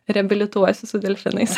reabilituosiu su delfinais